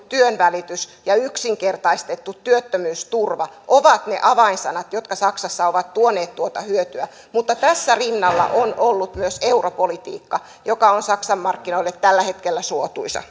työnvälitys ja yksinkertaistettu työttömyysturva ovat ne avainsanat jotka saksassa ovat tuoneet tuota hyötyä ja tässä rinnalla on ollut myös europolitiikka joka on saksan markkinoille tällä hetkellä suotuisa